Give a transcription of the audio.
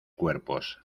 cuerpos